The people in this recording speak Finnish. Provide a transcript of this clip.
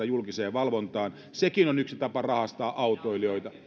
julkiseen valvontaan sekin on yksi tapa rahastaa autoilijoita